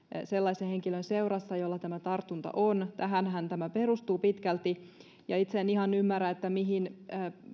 sellaisen henkilön seurassa jolla tämä tartunta on tähänhän tämä perustuu pitkälti ja itse en ihan ymmärrä mihin